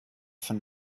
von